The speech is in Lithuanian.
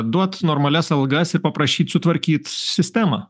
duot normalias algas ir paprašyt sutvarkyt sistemą